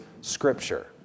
Scripture